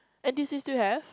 n_t_u_c still have